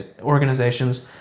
organizations